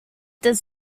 does